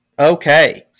Okay